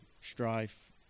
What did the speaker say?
strife